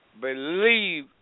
believe